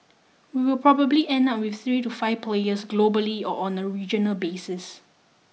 we will probably end up with three to five players globally or on a regional basis